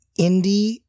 indie